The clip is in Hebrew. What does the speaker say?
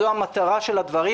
זו המטרה של הדברים.